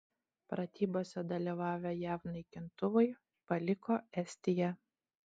pratybose dalyvavę jav naikintuvai paliko estiją